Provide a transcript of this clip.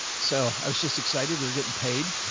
so i was just excited. we were getting paid.